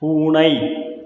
பூனை